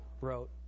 wrote